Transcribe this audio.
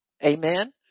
Amen